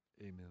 amen